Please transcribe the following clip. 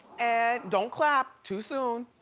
and, don't clap, too soon.